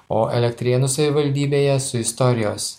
o elektrėnų savivaldybėje su istorijos